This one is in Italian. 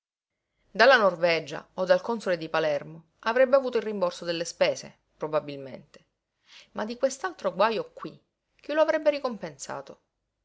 dalla norvegia o dal console di palermo avrebbe avuto il rimborso delle spese probabilmente ma di quest'altro guajo qui chi lo avrebbe ricompensato